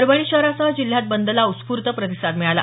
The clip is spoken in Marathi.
परभणी शहरासह जिल्ह्यात बंदला उत्स्फूर्त प्रतिसाद मिळाला